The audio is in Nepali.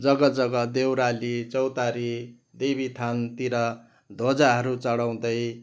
जग्गाजग्गा देउराली चौतारी देवीथानतिर ध्वजाहरू चढाउँदै